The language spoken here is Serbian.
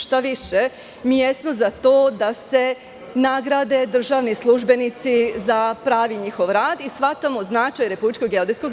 Šta više, jesmo za to da se nagrade državni službenici za pravi njihov rad i shvatamo značaj RGZ.